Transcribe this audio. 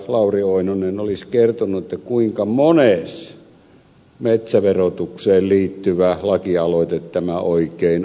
lauri oinonen olisi kertonut kuinka mones metsäverotukseen liittyvä lakialoite tämä oikein onkaan